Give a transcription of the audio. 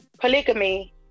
Polygamy